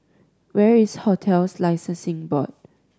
where is Hotels Licensing Board